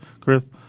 Chris